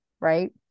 right